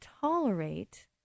tolerate